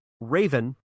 Raven